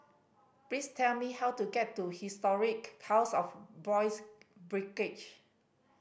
please tell me how to get to Historic House of Boys' Brigade